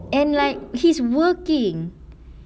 and like he's working